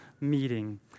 meeting